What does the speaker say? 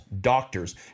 doctors